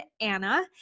Anna